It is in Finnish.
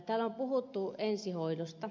täällä on puhuttu ensihoidosta